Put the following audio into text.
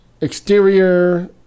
exterior